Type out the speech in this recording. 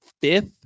fifth